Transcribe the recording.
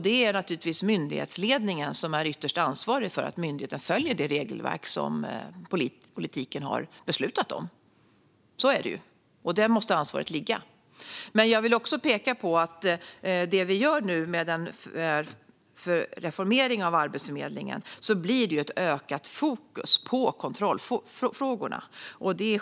Det är naturligtvis myndighetsledningen som är ytterst ansvarig för att myndigheten följer det regelverk som politiken har beslutat om. Så är det. Där måste ansvaret ligga. Jag vill dock också peka på att det med den reformering av Arbetsförmedlingen som vi nu genomför blir ett ökat fokus på kontrollfrågorna.